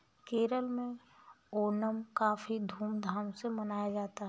केरल में ओणम काफी धूम धाम से मनाया जाता है